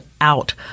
out